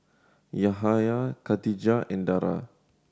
Yahaya Katijah and Dara